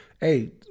Hey